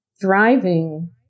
Thriving